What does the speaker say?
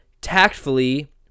tactfully